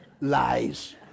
Lies